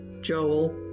Joel